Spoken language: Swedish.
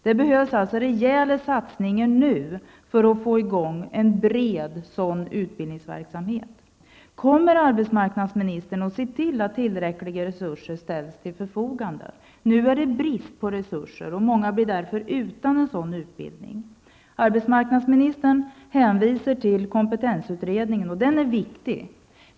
Det behövs alltså rejäla satsningar nu för att få i gång en bra utbildningsverksamhet. Kommer arbetsmarknadsministern att se till att tillräckliga resurser ställs till förfogande? Nu är det brist på resurser, och många blir därför utan en utbildning. Arbetsmarknadsministern hänvisar till kompetensutredningen, och den är naturligtvis viktig.